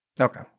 Okay